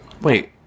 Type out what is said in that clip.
Wait